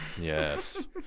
Yes